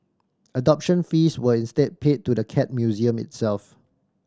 adoption fees were instead paid to the Cat Museum itself